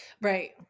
Right